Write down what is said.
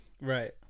Right